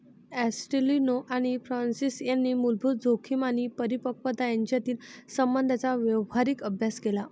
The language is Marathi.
ॲस्टेलिनो आणि फ्रान्सिस यांनी मूलभूत जोखीम आणि परिपक्वता यांच्यातील संबंधांचा व्यावहारिक अभ्यास केला